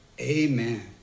Amen